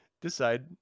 decide